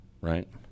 Right